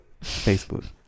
Facebook